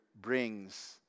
brings